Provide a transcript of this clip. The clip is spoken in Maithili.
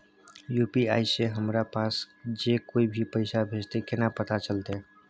यु.पी.आई से हमरा पास जे कोय भी पैसा भेजतय केना पता चलते?